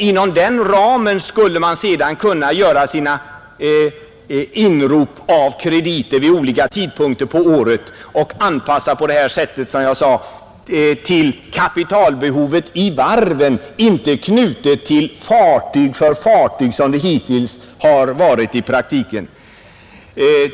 Inom den ramen skulle man sedan kunna göra sina avrop av krediter vid olika tidpunkter på året och på det sättet anpassa upplåningen till totala kapitalbehovet och inte knyta den till de behov som uppstår för fartyg efter fartyg, som det hittills varit i praktiken.